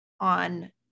on